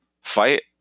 fight